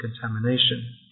contamination